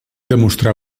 demostrà